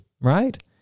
Right